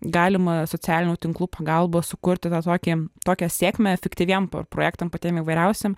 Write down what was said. galima socialinių tinklų pagalba sukurti tą tokį tokią sėkmę efektyviem ir projektam patiem įvairiausiem